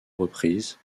reprises